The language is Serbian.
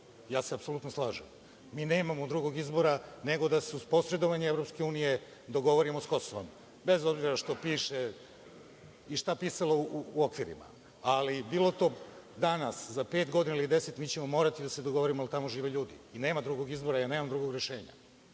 Ja se apsolutno slažem. Mi nemamo drugog izbora, nego sa se uz posredovanje Evropske unije dogovorimo sa Kosovom, bez obzira što piše i šta pisalo u okvirima, ali bilo to danas, za pet godina ili deset, mi ćemo morati da se dogovorimo, jer tamo žive ljudi. Nema drugog izbora i nema drugog rešenja